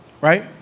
right